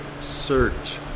search